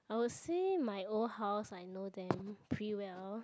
I would say my old house I know them pretty well